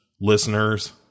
listeners